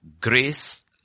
grace